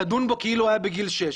תדון בו כאילו הוא היה בגיל 6,